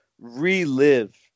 relive